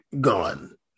gone